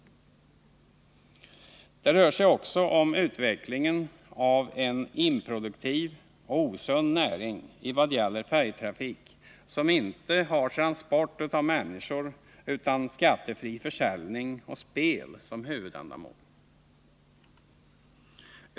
Det rör sig också om utvecklingen av en improduktiv och osund näring, nämligen sådan färjetrafik som inte har transport av människor utan skattefri försäljning och spel som huvudändamål.